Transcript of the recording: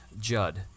Judd